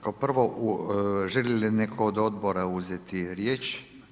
Kao prvo želi neko od odbora uzeti riječ?